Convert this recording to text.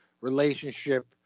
relationship